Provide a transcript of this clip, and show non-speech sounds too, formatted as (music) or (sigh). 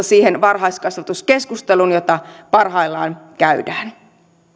(unintelligible) siihen varhaiskasvatuskeskusteluun jota parhaillaan käydään